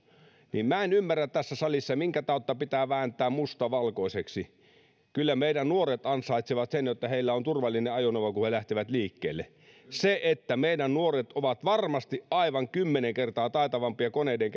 minä en ymmärrä minkä tautta tässä salissa pitää vääntää musta valkoiseksi kyllä meidän nuoret ansaitsevat sen että heillä on turvallinen ajoneuvo kun he lähtevät liikkeelle meidän nuoret ovat varmasti aivan kymmenen kertaa taitavampia koneiden